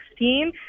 2016